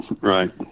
Right